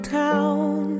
town